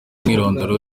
umwirondoro